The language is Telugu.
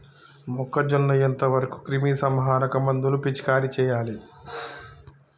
మొక్కజొన్న ఎంత వరకు క్రిమిసంహారక మందులు పిచికారీ చేయాలి?